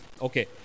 okay